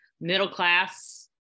middle-class